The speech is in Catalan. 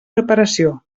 preparació